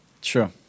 Sure